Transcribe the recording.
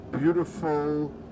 beautiful